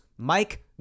Mike